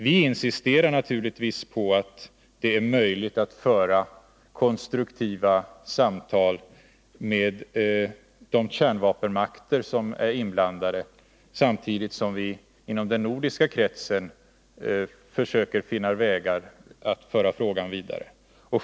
Vi insisterar naturligtvis på att det är möjligt att föra konstruktiva samtal med de kärnvapenmakter som är inblandade samtidigt som vi inom den nordiska kretsen försöker finna vägar att föra frågan vidare.